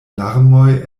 larmoj